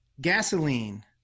Gasoline